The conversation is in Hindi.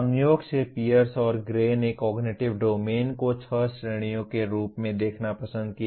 संयोग से पियर्स और ग्रे ने कॉग्निटिव डोमेन को छह श्रेणियों के रूप में देखना पसंद किया